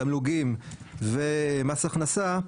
תמלוגים ומס הכנסה,